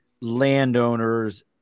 landowners